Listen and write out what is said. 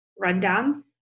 rundown